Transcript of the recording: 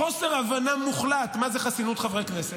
חוסר הבנה מוחלט מה זה חסינות חברי כנסת,